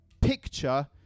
picture